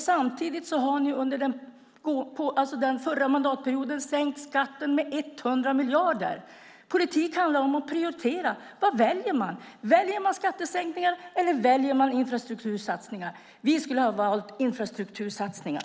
Samtidigt har ni under den förra mandatperioden sänkt skatten med 100 miljarder. Politik handlar om att prioritera. Vad väljer man? Väljer man skattesänkningar eller infrastruktursatsningar? Vi skulle ha valt infrastruktursatsningar.